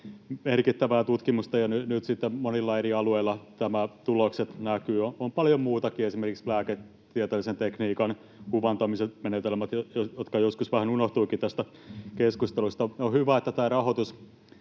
merkittävää tutkimusta, ja nyt sitten monilla eri alueilla tämän tulokset näkyvät. On paljon muutakin, esimerkiksi lääketieteellisen tekniikan, kuvantamisen, menetelmät, jotka joskus vähän unohtuivatkin tästä keskustelusta. On hyvä, että tämä rahoitus